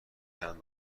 چند